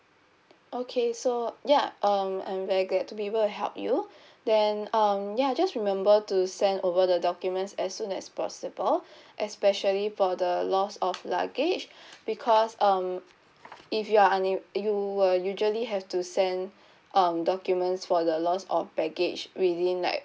okay so yeah um I'm very glad to be able to help you then um ya just remember to send over the documents as soon as possible especially for the loss of luggage because um if you are unab~ you will usually have to send um documents for the loss of baggage within like